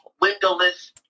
windowless